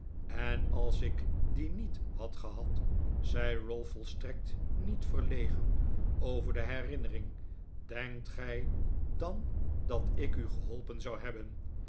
en als ik dien niet had gehad zei ralph volstrekt niet verlegen over de herinnering denkt gij dan dat ik u geholpen zou hebben